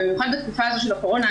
במיוחד בתקופה הזו של הקורונה.